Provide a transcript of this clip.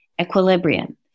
equilibrium